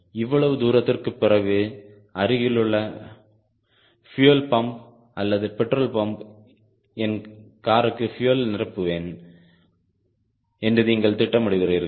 இவ்வளவு தூரத்திற்குப் பிறகு அருகிலுள்ள பியூயல் பம்ப் அல்லது பெட்ரோல் பம்பில் என் காருக்கு பியூயல் நிரப்புவேன் என்று நீங்கள் திட்டமிடுகிறீர்கள்